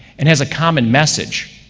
and has a common message.